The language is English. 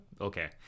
Okay